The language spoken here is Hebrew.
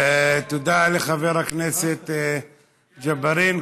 תודה לחבר הכנסת ג'בארין.